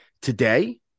Today